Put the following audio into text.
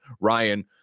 Ryan